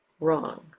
wrong